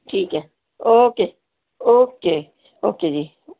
ٹھیک ہے okay okay okay جی